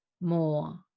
more